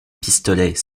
pistolet